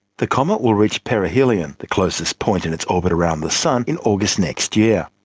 the comet will reach perihelion, the closest point in its orbit around the sun, in august next year.